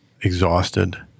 Exhausted